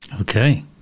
Okay